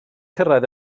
cyrraedd